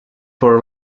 for